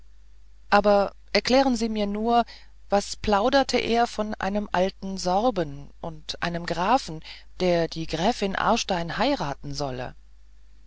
aber erklären sie mir nur was plauderte er nur von einem alten sorben und von einem grafen der die gräfin aarstein heiraten solle